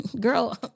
Girl